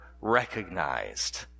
recognized